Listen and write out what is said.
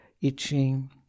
itching